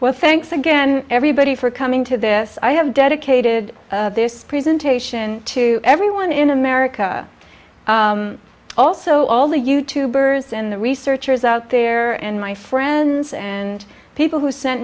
well thanks again everybody for coming to this i have dedicated this presentation to everyone in america also all the you tube burgers and the researchers out there and my friends and people who sent